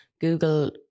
Google